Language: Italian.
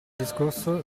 discorso